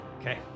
Okay